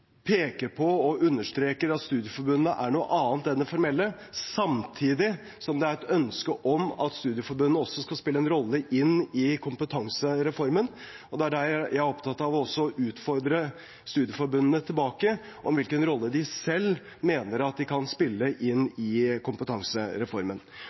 peker på og understreker at studieforbundene er noe annet enn det formelle, samtidig som det på den andre siden er et ønske om at studieforbundene også skal spille en rolle i kompetansereformen. Det er der jeg er opptatt av også å utfordre studieforbundene tilbake, om hvilken rolle de selv mener at de kan spille